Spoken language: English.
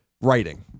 writing